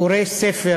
קורא ספר